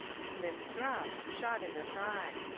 smith dropped, shot in the thigh.